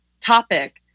topic